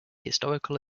historical